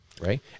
right